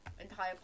entire